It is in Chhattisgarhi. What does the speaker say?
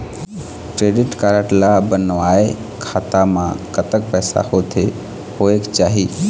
क्रेडिट कारड ला बनवाए खाता मा कतक पैसा होथे होएक चाही?